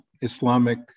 Islamic